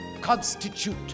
constitute